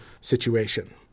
situation